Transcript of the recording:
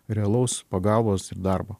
realaus pagalbos darbo